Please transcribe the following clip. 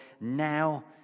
now